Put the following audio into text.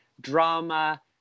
drama